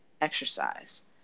exercise